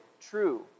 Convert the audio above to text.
true